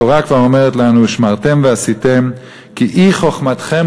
התורה כבר אומרת לנו "ושמרתם ועשיתם כי היא חכמתכם